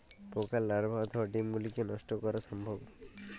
পোকার লার্ভা অথবা ডিম গুলিকে কী নষ্ট করা সম্ভব?